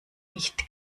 nicht